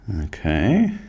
Okay